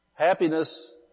Happiness